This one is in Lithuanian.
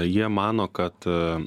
jie mano kad